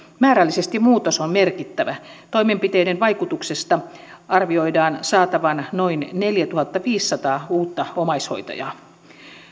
määrällisesti muutos on merkittävä toimenpiteiden vaikutuksesta arvioidaan saatavan noin neljätuhattaviisisataa uutta omaishoitajaa